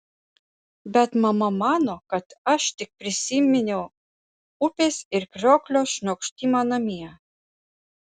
bet mama mano kad aš tik prisiminiau upės ir krioklio šniokštimą namie